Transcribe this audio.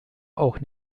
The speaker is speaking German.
auch